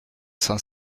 cent